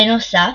בנוסף,